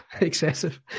excessive